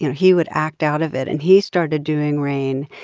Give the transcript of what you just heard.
you know he would act out of it. and he started doing rain.